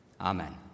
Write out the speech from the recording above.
Amen